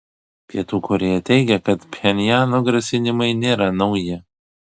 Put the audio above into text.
pietų korėja teigia kad pchenjano grasinimai nėra nauji